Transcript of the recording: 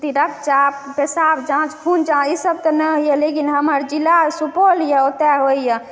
रक्त जाँच पेशाब जाँच खून जाँच ई सब तऽ नहि यऽ लेकिन हमर जिला सुपौल यऽ ओतऽ होइए